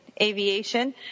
aviation